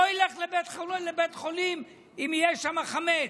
לא ילך לבית חולים אם יש שם חמץ.